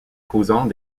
causant